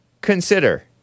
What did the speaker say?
consider